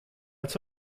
als